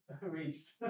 reached